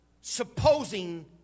supposing